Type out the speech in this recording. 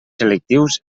selectius